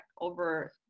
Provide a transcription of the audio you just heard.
over